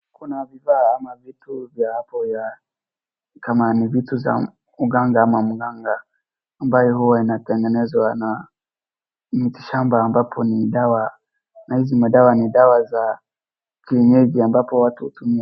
Kuna vifaa ama vitu vya hapo vya kama ni vitu za uganga ama mganga ambayo huwa inatengenezwa na mitishamba ambapo ni dawa, na hizi madawa ni dawa za kienyeji ambapo watu hutumia.